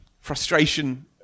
frustration